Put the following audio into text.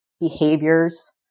behaviors